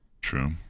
true